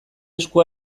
esku